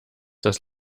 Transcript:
das